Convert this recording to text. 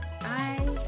Bye